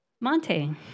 Monte